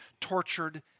tortured